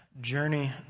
journey